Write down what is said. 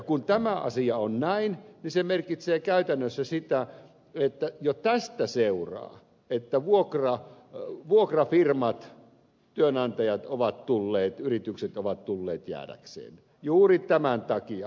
kun tämä asia on näin niin se merkitsee käytännössä sitä ja tästä seuraa että vuokrafirmat työnantajat ovat tulleet yritykset ovat tulleet jäädäkseen juuri tämän takia